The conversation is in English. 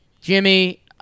Jimmy